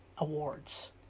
awards